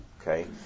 okay